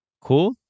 Cool